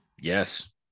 yes